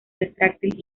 retráctil